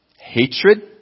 hatred